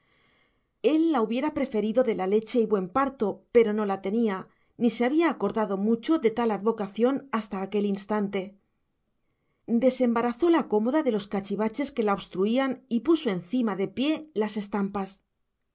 él la hubiera preferido de la leche y buen parto pero no la tenía ni se había acordado mucho de tal advocación hasta aquel instante desembarazó la cómoda de los cachivaches que la obstruían y puso encima de pie las estampas